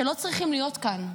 שלא צריכים להיות כאן.